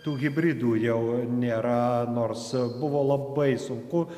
tų hibridų jau nėra nors buvo labai sunku